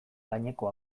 gaineko